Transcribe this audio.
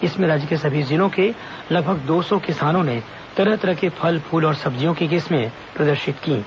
इसमें राज्य के सभी जिलों के लगभग दो सौ किसानों ने तरह तरह के फल फूल और सब्जियों की किस्में प्रदर्शित की हैं